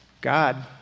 God